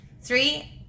Three